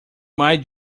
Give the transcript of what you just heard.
might